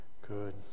Good